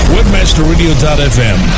WebmasterRadio.fm